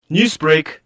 Newsbreak